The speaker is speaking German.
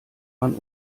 man